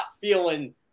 feeling